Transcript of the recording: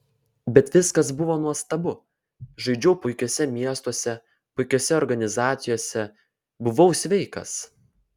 bet viskas buvo nuostabu žaidžiau puikiuose miestuose puikiose organizacijose buvau sveikas